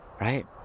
Right